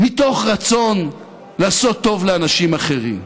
מתוך רצון לעשות טוב לאנשים אחרים.